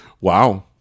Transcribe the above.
Wow